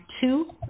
Two